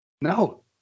No